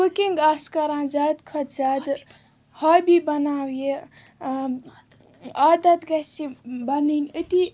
cooking آس کَران زیادٕ کھۄتہٕ زیادٕ ہابی بَناو یہِ عادَت گژھِ بَنٕنۍ أتی